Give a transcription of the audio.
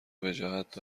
وجاهت